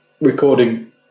recording